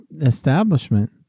establishment